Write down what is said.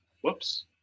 whoops